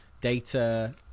data